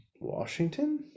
Washington